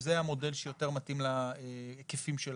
זה המודל שיותר מתאים להיקפים שלנו.